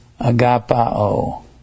agapao